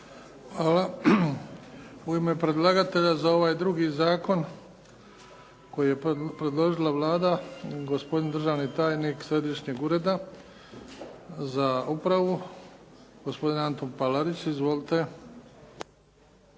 Hvala. U ime predlagatelja za ovaj drugi zakon koji je predložila Vlada gospodin državni tajnik Središnjeg državnog ureda za upravu gospodin Antun Palarić. Izvolite.